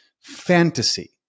fantasy